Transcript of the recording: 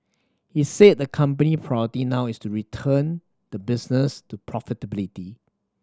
he said the company priority now is to return the business to profitability